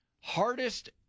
hardest